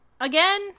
Again